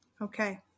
Okay